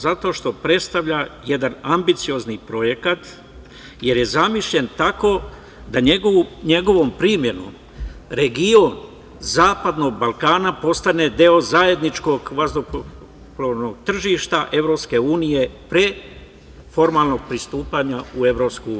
Zato što predstavlja jedan ambiciozni projekat, jer je zamišljen tako da njegovom primenom region zapadnog Balkana postane deo zajedničkog vazduhoplovnog tržišta EU pre formalnog pristupanja u EU.